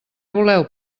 voleu